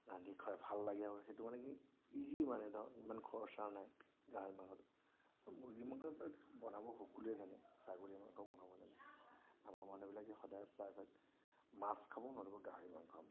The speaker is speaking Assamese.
ৰান্ধি খুৱাই ভাল লাগে আৰু সেইটো মানে কি ইজি মানে দ ইমান খৰচা নাই গাহৰি মাংসটোত মুৰ্গী মাংস এইবিলাক বনাব সকলোৱে জানে ছাগলী মাংস বনাব জানে আমাৰ মানুহবিলাকে সদায় প্ৰায় ভাগ মাছ খাব নতুবা গাহৰি মাংস খাব